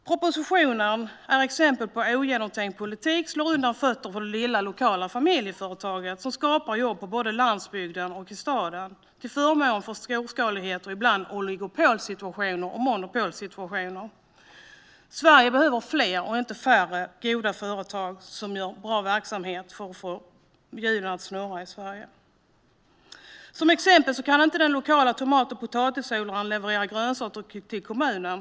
Propositionen är ett exempel på hur ogenomtänkt politik slår undan fötterna på det lilla lokala familjeföretaget, som skapar jobb både på landsbygden och i staden, till förmån för storskalighet och ibland oligopolsitua-tioner och monopolsituationer. Vi behöver fler och inte färre goda företag, som har bra verksamhet, för att få hjulen att snurra i Sverige. Som exempel kan inte den lokala tomat och potatisodlaren leverera grönsaker till kommunen.